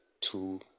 two